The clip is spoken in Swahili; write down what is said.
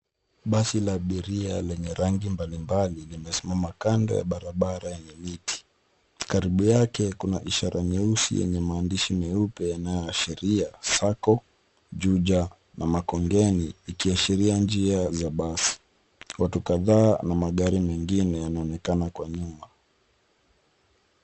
Basi la abiria lenye rangi mbalimbali limesimama kando ya barabara yenye miti karibu yake kuna ishara nyeusi yenye maandishi meupe yanayo ashiria sacco Juja na Makongeni ikiashiria njia za basi. Watu kadhaa na magari mengine yanaonekana kwa nyuma.